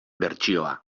bertsioa